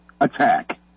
Attack